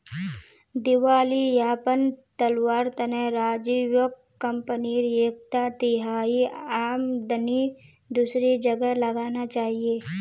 दिवालियापन टलवार तने राजीवक कंपनीर एक तिहाई आमदनी दूसरी जगह लगाना चाहिए